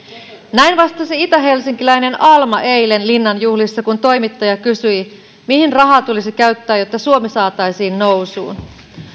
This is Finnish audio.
näin vastasi itähelsinkiläinen alma eilen linnan juhlissa kun toimittaja kysyi mihin rahaa tulisi käyttää jotta suomi saataisiin nousuun